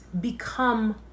become